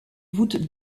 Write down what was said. voûte